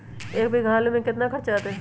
एक बीघा आलू में केतना खर्चा अतै?